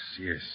yes